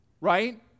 Right